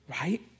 right